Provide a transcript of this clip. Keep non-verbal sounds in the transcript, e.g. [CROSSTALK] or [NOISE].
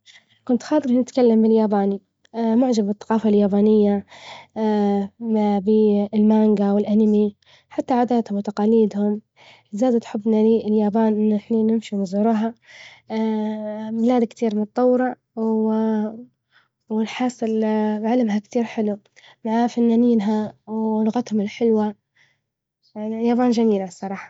كنت خاطري نتكلم بالياباني معجبة بالثقافة اليابانية [HESITATION] ما بين المانجا والأنيمي، حتى عاداتهم وتقاليدهم زادت حبنا لليابان إن إحنا نمشوا نزوروها [HESITATION] بلاد كتير متطورة و ونحس ال بعلمها كتير حلو، مع فنانينها ولغتهم الحلوة اليابان جميلة الصراحة.